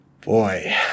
boy